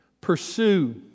pursue